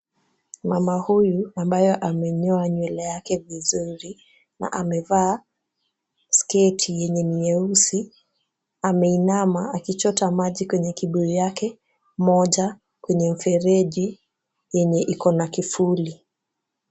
Mama huyu ambaye amenyoa nywele yake vizuri na amevaa sketi yenye ni nyeusi ,ameinama akichota maji kwenye kibuyu yake moja kwenye mfereji yenye Iko na kifuli .